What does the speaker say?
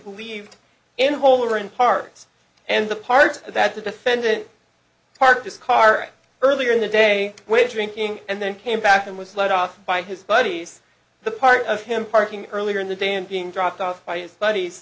believed in whole or in parts and the parts that the defendant parked his car earlier in the day where drinking and then came back and was led off by his buddies the part of him parking earlier in the day and being dropped off by its buddies